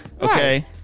okay